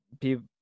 people